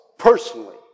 personally